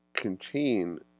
contain